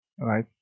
right